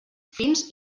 fins